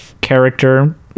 character